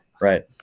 right